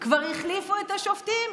כבר החליפו את השופטים,